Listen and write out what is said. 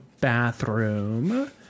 bathroom